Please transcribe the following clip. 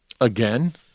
Again